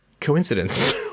coincidence